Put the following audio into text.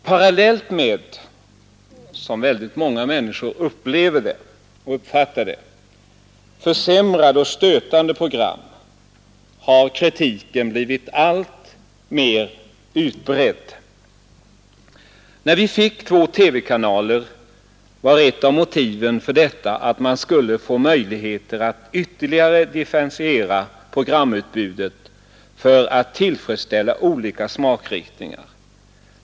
Parallellt med — som väldigt många människor uppfattar det — försämrade och anstötliga program har kritiken blivit alltmer utbredd. När vi fick två TV-kanaler var ett av motiven för detta att man skulle få möjligheter att ytterligare differentiera programutbudet för att tillfredsställa olika smakriktningar.